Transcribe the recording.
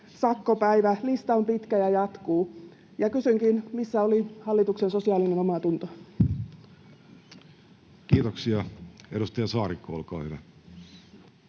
sakkopäivä — lista on pitkä ja jatkuu. Kysynkin: missä oli hallituksen sosiaalinen omatunto? Kiitoksia. — Edustaja Saarikko, olkaa hyvä.